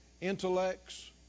intellects